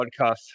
podcast